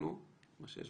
הכול